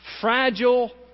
fragile